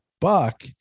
buck